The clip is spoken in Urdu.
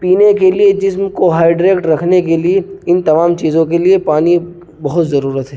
پینے کے لیے جسم کو ہائیڈریٹ رکھنے کے لیے ان تمام چیزوں کے لیے پانی بہت ضرورت ہے